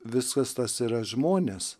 viskas tas yra žmonės